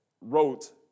wrote